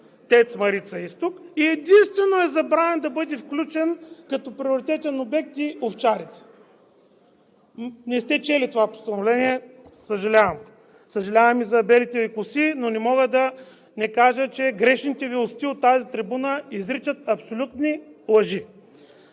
„ТЕЦ Марица изток“, и единствено е забравен да бъде включен като приоритетен обект „Овчарица“. Не сте чели това постановление, съжалявам. Съжалявам и за белите Ви коси, но не мога да не кажа, че грешните Ви усти от тази трибуна изричат абсолютни лъжи.